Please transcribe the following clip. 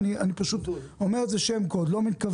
אני אומר את זה כשם גנרי.